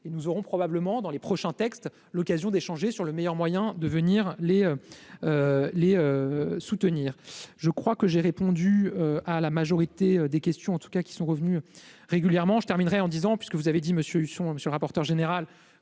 et nous aurons probablement dans les prochains textes. L'occasion d'échanger sur le meilleur moyen de venir les les soutenir, je crois que j'ai répondu à la majorité des questions en tout cas qui sont revenus régulièrement je terminerai en disant puisque vous avez dit monsieur Huchon, monsieur le rapporteur général